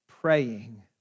praying